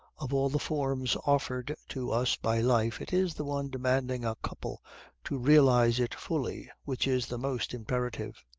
of all the forms offered to us by life it is the one demanding a couple to realize it fully, which is the most imperative.